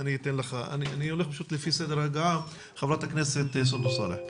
ח"כ סונדוס סאלח בבקשה.